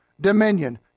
dominion